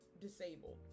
disabled